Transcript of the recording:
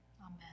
Amen